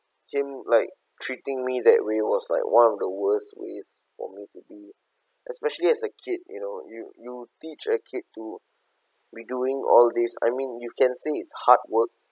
him like treating me that way was like one of the worst ways for me to be especially as a kid you know you you teach a kid to be doing all these I mean you can see it's hard work